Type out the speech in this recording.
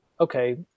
okay